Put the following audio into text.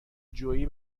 جویی